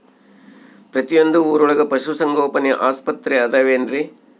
ಪ್ರತಿಯೊಂದು ಊರೊಳಗೆ ಪಶುಸಂಗೋಪನೆ ಆಸ್ಪತ್ರೆ ಅದವೇನ್ರಿ?